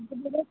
ಆಮೇಲೆ